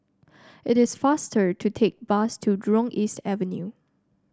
it is faster to take bus to Jurong East Avenue